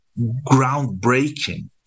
groundbreaking